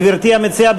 גברתי המציעה,